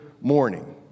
morning